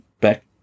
back